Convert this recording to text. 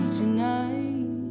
tonight